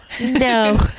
No